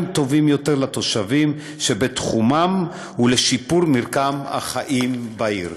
טובים יותר לתושבים שבתחומם ולשיפור מרקם החיים בעיר.